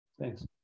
Thanks